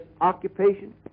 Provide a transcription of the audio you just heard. occupation